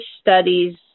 studies